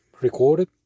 recorded